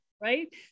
right